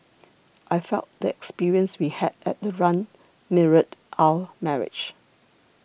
I felt the experience we had at the run mirrored our marriage